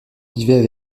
vivaient